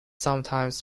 sometimes